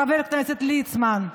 חבר הכנסת ליצמן,